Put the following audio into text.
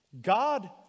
God